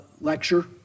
lecture